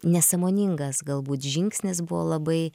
nesąmoningas galbūt žingsnis buvo labai